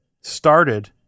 started